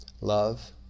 love